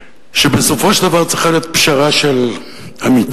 שבסופו של דבר צריכה להיות פשרה של אמיצים.